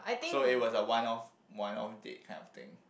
so it was a one off one off date kind of thing